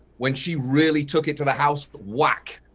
when she really took it to the house, whack.